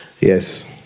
Yes